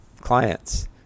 clients